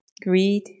greed